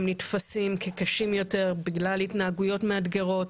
הם נתפשים כקשים יותר בגלל התנהגויות מאדגרות,